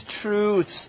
truths